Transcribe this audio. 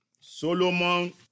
Solomon